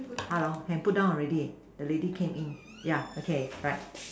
hello can put down already the lady came in yeah okay bye